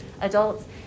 adults